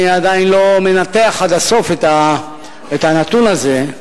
אני עדיין לא מנתח עד הסוף את הנתון הזה,